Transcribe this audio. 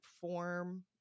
form